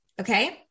okay